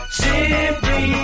simply